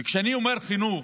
וכשאני אומר חינוך,